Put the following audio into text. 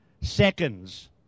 seconds